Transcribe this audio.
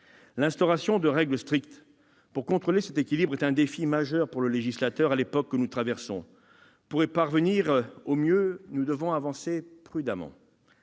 L'instauration de règles strictes pour contrôler cet équilibre est un défi majeur pour le législateur à l'époque que nous traversons. Pour y parvenir au mieux, nous devons avancer prudemment.